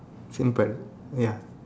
simple ya